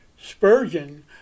Spurgeon